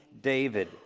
David